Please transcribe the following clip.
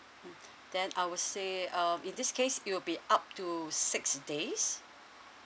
mm then I would say um in this case it will be up to six days